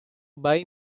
buy